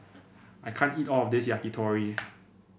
I can't eat all of this Yakitori